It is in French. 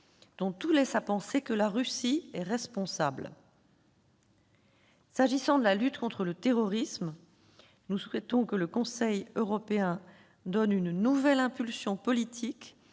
dont tout laisse à penser que la Russie et responsable. En matière de lutte contre le terrorisme, nous souhaitons que le Conseil européen donne une nouvelle impulsion politique,